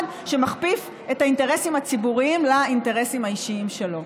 שמכפיף את האינטרסים הציבוריים לאינטרסים האישיים שלו.